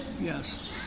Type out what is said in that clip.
Yes